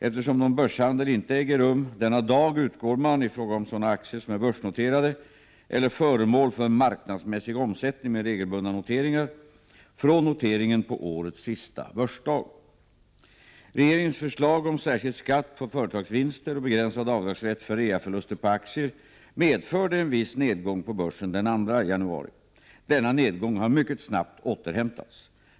Eftersom någon börshandel inte äger rum denna dag utgår man, i fråga om sådana aktier som är börsnoterade eller föremål för marknadsmässig omsättning med regelbundna noteringar, från noteringen på årets sista börsdag. Regeringens förslag om särskild skatt på företagsvinster och begränsad avdragsrätt för reaförluster på aktier medförde en viss nedgång på börsen den 2 januari. Denna nedgång har mycket snabbt återhämtats.